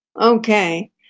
Okay